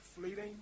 fleeting